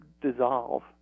dissolve